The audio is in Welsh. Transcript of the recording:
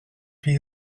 chi